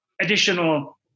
additional